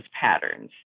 patterns